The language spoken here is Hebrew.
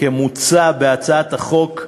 כמוצע בהצעת החוק,